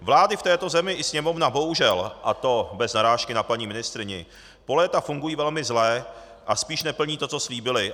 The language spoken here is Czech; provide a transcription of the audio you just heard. Vlády v této zemi i Sněmovna bohužel, a to bez narážky na paní ministryni, po léta fungují velmi zle a spíš neplní to, co slíbily.